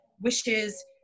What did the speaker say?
wishes